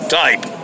type